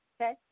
Okay